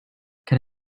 can